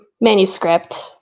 manuscript